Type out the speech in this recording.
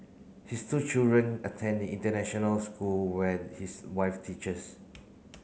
his two children attend the international school where his wife teaches